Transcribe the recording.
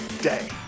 day